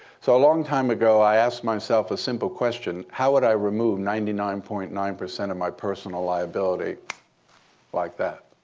so a long time ago, i asked myself a simple question. how would i remove ninety nine point nine of my personal liability like that?